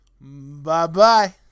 Bye-bye